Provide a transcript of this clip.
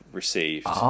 received